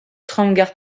tramgarr